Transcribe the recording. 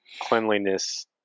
cleanliness